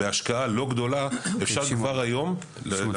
שאפשר גם היום --- שנייה,